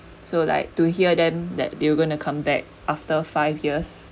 so like to hear them that they were gonna come back after five years